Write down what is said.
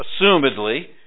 assumedly